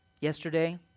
yesterday